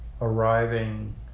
arriving